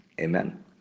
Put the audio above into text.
Amen